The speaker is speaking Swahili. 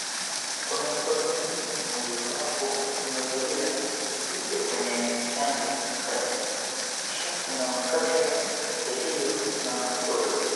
Kuna mikono miwili mojawapo umevalia pete kwenye chanda cha kati, kisha kuna makasha yaliyo na sodo.